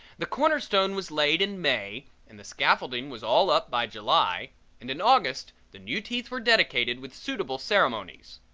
the corner stone was laid in may and the scaffolding was all up by july and in august the new teeth were dedicated with suitable ceremonies.